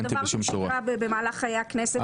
דבר שקרה במהלך חיי הכנסת,